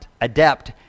adept